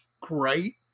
great